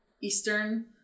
Eastern